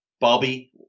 Bobby